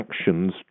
actions